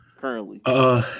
currently